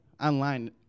online